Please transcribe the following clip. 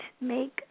make